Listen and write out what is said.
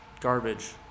garbage